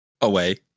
away